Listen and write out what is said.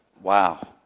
Wow